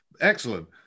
Excellent